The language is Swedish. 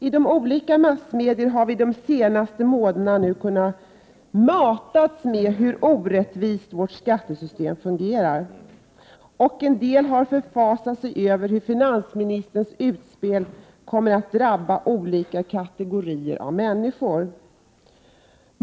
I olika massmedier har vi de senaste månaderna matats med hur orättvist vårt skattesystem fungerar, och en del har förfasat sig över hur finansministerns utspel kommer att drabba skilda kategorier av människor.